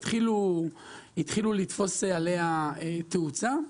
התחילו לתפוס עליה תאוצה,